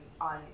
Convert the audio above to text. on